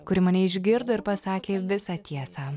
kuri mane išgirdo ir pasakė visą tiesą